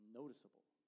noticeable